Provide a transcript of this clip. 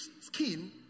skin